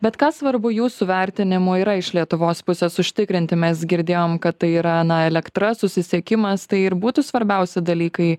bet ką svarbu jūsų vertinimu yra iš lietuvos pusės užtikrinti mes girdėjom kad tai yra na elektra susisiekimas tai ir būtų svarbiausi dalykai